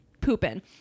pooping